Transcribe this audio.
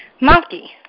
Monkey